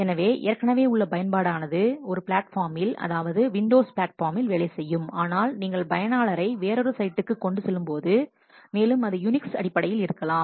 எனவே ஏற்கனவே உள்ள பயன்பாடு ஆனது அது ஒரு பிளாட்ஃபார்மில் அதாவது விண்டோஸ் பிளாட்ஃபார்மில் வேலை செய்யும் ஆனால் நீங்கள் பயனாளரை வேறொரு சைட்டுக்கு கொண்டு செல்லும்போது மேலும் அது யுனிக்ஸ் அடிப்படையில் இருக்கலாம்